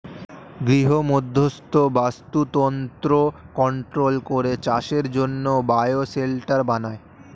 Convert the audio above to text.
গৃহমধ্যস্থ বাস্তুতন্ত্র কন্ট্রোল করে চাষের জন্যে বায়ো শেল্টার বানায়